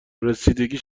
رسیدگی